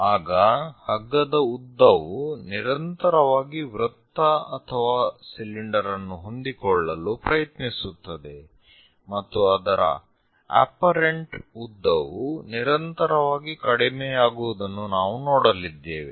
ಆಗ ಹಗ್ಗದ ಉದ್ದವು ನಿರಂತರವಾಗಿ ವೃತ್ತ ಅಥವಾ ಸಿಲಿಂಡರ್ ಅನ್ನು ಹೊಂದಿಕೊಳ್ಳಲು ಪ್ರಯತ್ನಿಸುತ್ತದೆ ಮತ್ತು ಅದರ ಅಪ್ಪರೆಂಟ್ ಉದ್ದವು ನಿರಂತರವಾಗಿ ಕಡಿಮೆಯಾಗುವುದನ್ನು ನಾವು ನೋಡಲಿದ್ದೇವೆ